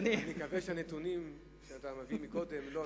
אני מקווה שהנתונים שהבאת קודם הם לא הנתונים שאתה מביא עכשיו.